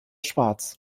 schwarz